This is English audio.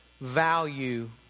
value